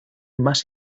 más